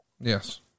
Yes